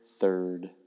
third